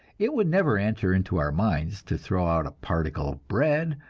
it would never enter into our minds to throw out a particle of bread,